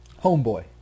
Homeboy